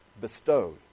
bestowed